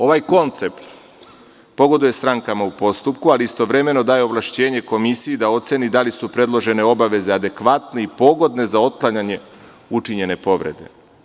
Ovaj koncept pogoduje strankama u postupku, ali istovremeno daje ovlašćenje komisiji da oceni da li su predložene obaveze adekvatne i pogodne za otklanjanje učinjene povrede.